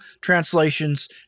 translations